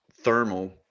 thermal